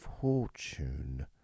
fortune